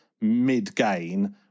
mid-gain